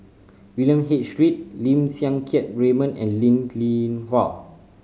William H Read Lim Siang Keat Raymond and Linn In Hua